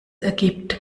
ergibt